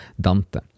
Dante